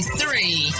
three